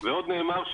ועוד נאמר,